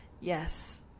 Yes